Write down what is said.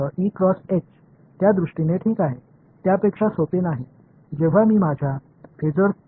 எனவே அதன் அடிப்படையில் இது வெறுமனே எனவே அதன் அடிப்படையில் அதை விட எளிமையானது இல்லை